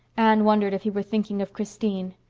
anne wondered if he were thinking of christine.